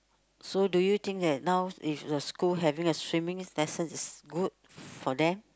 so do you think that now if the school having a swimming lesson is good for them